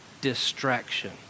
distraction